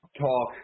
talk